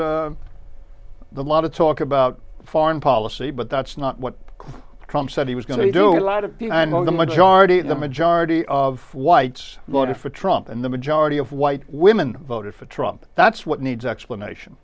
the lot of talk about foreign policy but that's not what trump said he was going to do a lot of people i know the majority the majority of whites voted for trump and the majority of white women voted for trump that's what needs explanation